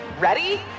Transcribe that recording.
Ready